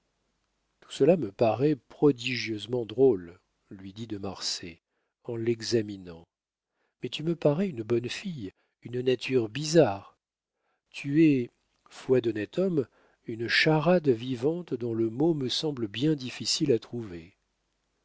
cela me paraît prodigieusement drôle lui dit de marsay en l'examinant mais tu me parais une bonne fille une nature bizarre tu es foi d'honnête homme une charade vivante dont le mot me semble bien difficile à trouver